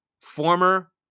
Former